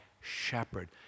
shepherd